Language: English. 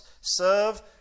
Serve